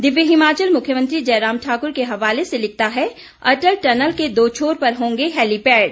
दिव्य हिमाचल मुख्यमंत्री जयराम ठाकुर के हवाले से लिखता है अटल टनल के दो छोर पर होंगे हेलिपैड